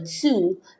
two